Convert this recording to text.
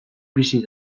bizi